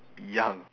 young